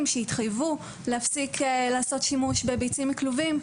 שהתחייבו להפסיק לעשות שימוש בביצים מכלובים,